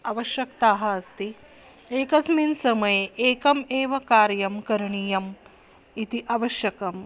आवश्यकताः अस्ति एकस्मिन् समये एकम् एव कार्यं करणीयम् इति आवश्यकम्